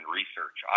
research